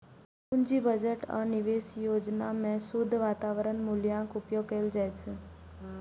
पूंजी बजट आ निवेश योजना मे शुद्ध वर्तमान मूल्यक उपयोग कैल जाइ छै